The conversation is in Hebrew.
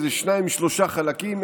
איזה שניים-שלושה חלקים,